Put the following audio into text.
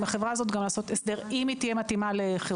הסדר גם עם החברה הזאת אם היא תהיה מתאימה לחירום.